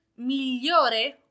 Migliore